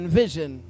vision